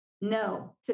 no